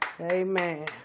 Amen